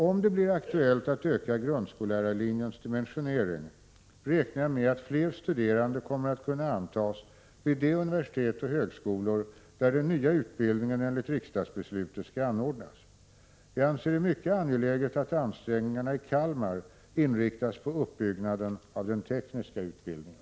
Om det blir aktuellt att öka grundskollärarlinjens dimensionering, räknar jag med att fler studerande kommer att kunna antas vid de universitet och högskolor där den nya utbildningen enligt riksdagsbeslutet skall anordnas. Jag anser det mycket angeläget att ansträngningarna i Kalmar inriktas på uppbyggnaden av den tekniska utbildningen.